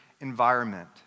environment